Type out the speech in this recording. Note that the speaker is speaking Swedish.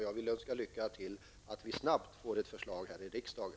Jag vill önska lycka till så att vi snabbt får ett förslag framlagt här i riksdagen.